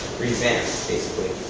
revamped basically,